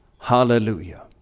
hallelujah